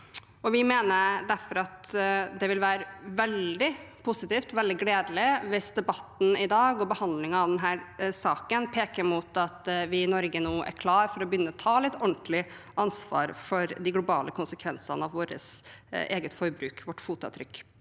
Vi mener derfor at det vil være veldig positivt, veldig gledelig, hvis debatten i dag og behandlingen av denne saken peker mot at vi i Norge nå er klare for å begynne å ta litt ordentlig ansvar for de globale konsekvensene av vårt eget forbruk, vårt fotavtrykk.